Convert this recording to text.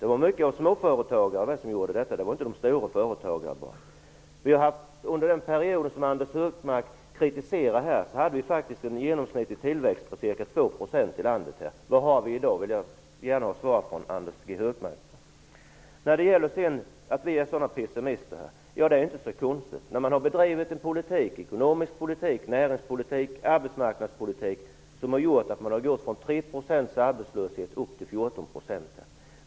Det var många av småföretagen som stod för detta och inte bara de stora företagen. Under den period som Anders G Högmark kritiserar var den genomsnittliga tillväxten i landet ca 2 %. Hur stor är tillväxten i dag? På den frågan vill jag gärna ha svar från Anders G Högmark. Anders G Högmark sade att vi är pessimister. Ja, det är inte så konstigt. Man har bedrivit en ekonomisk politik, näringspolitik och arbetsmarknadspolitik som har gjort att arbetslösheten har ökat från 3 % till 14 %.